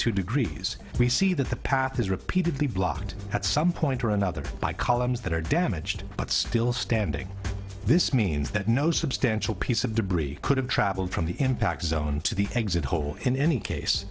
two degrees we see that the path is repeatedly blocked at some point or another by columns that are damaged but still standing this means that no substantial piece of debris could have traveled from the impact zone to the exit hole in any case